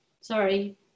sorry